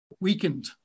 weakened